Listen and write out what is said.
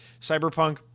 cyberpunk